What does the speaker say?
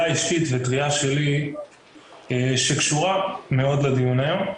אישית לקריאה שלי שקשורה מאוד לדיון היום.